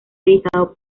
editado